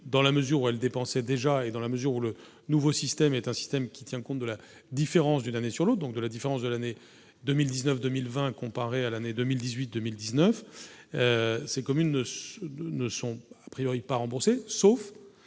dans la mesure où elles dépensaient déjà et dans la mesure où le nouveau système est un système qui tient compte de la différence d'une année sur l'autre, donc de la différence de l'année 2019, 2020 comparé à l'année 2018, 2019 ces communes ce ne sont a priori pas remboursé, sauf,